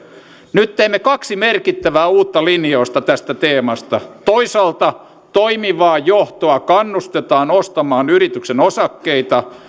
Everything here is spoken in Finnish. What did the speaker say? nyt teimme kaksi merkittävää uutta linjausta tästä teemasta toisaalta toimivaa johtoa kannustetaan ostamaan yrityksen osakkeita